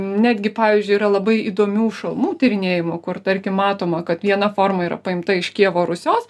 netgi pavyzdžiui yra labai įdomių šalmų tyrinėjimų kur tarkim matoma kad viena forma yra paimta iš kijevo rusios